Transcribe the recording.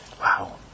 Wow